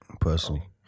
personally